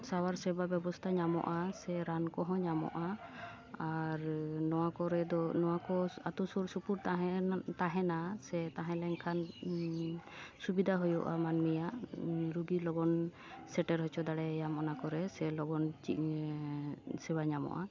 ᱥᱟᱶᱟᱨ ᱥᱮᱵᱟ ᱵᱮᱵᱚᱥᱛᱷᱟ ᱧᱟᱢᱚᱜᱼᱟ ᱥᱮ ᱨᱟᱱ ᱠᱚᱦᱚᱸ ᱧᱟᱢᱚᱜᱼᱟ ᱟᱨ ᱱᱚᱣᱟ ᱠᱚᱨᱮ ᱫᱚ ᱱᱚᱣᱟ ᱠᱚ ᱟᱹᱛᱩ ᱥᱩᱨ ᱥᱩᱯᱩᱨ ᱛᱟᱦᱮᱸ ᱛᱟᱦᱮᱸᱱᱟ ᱥᱮ ᱛᱟᱦᱮᱸ ᱞᱮᱱ ᱠᱷᱟᱱ ᱥᱩᱵᱤᱫᱟ ᱦᱩᱭᱩᱜᱼᱟ ᱢᱟᱹᱱᱢᱤᱭᱟᱜ ᱨᱩᱜᱤ ᱞᱚᱜᱚᱱ ᱥᱮᱴᱮᱨ ᱦᱚᱪᱚ ᱫᱟᱲᱮᱭᱟᱢ ᱚᱱᱟ ᱠᱚᱨᱮ ᱥᱮ ᱞᱚᱜᱚᱱ ᱪᱮᱫ ᱥᱮᱵᱟ ᱧᱟᱢᱚᱜᱼᱟ